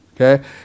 Okay